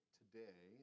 today